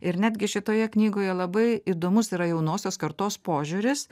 ir netgi šitoje knygoje labai įdomus yra jaunosios kartos požiūris